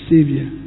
Savior